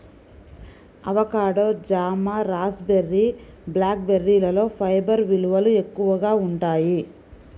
avocado, జామ, raspberry, black బెర్రీలలో fibre విలువలు ఎక్కువగా ఉంటాయి